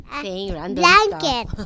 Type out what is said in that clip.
Blanket